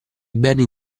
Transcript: beni